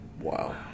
Wow